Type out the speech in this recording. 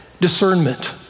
Discernment